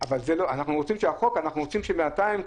אנחנו רוצים שבינתיים,